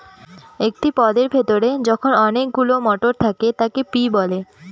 একটি পদের ভেতরে যখন অনেকগুলো মটর থাকে তাকে পি বলে